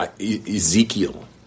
Ezekiel